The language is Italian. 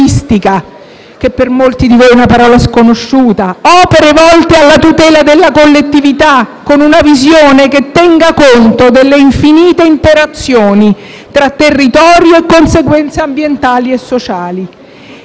che per molti di voi è una parola sconosciuta: opere volte alla tutela della collettività, con una visione che tenga conto delle infinite interazioni tra territorio e conseguenze ambientali e sociali.